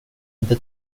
inte